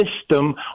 system